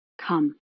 Come